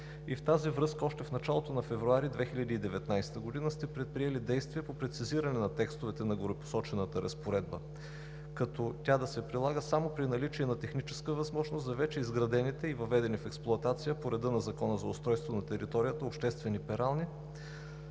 В тази връзка още в началото на февруари 2019 г. сте предприели действия по прецизиране на текстовете на горепосочената разпоредба, като тя да се прилага само при наличие на техническа възможност за вече изградените и въведени в експлоатация по реда на Закона за устройството на територията обществени перални.